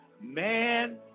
man